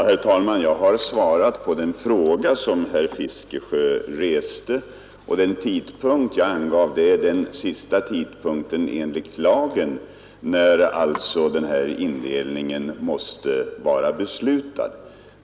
Herr talman! Jag har svarat på den fråga som herr Fiskesjö reste, och den tidpunkt jag angav är den sista tidpunkten enligt lagen, när den här indelningen måste vara beslutad.